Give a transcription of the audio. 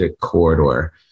corridor